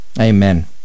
Amen